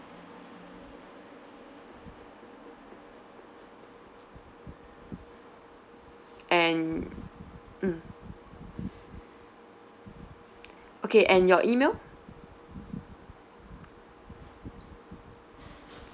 and mm okay and your email